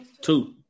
Two